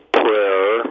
prayer